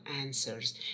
answers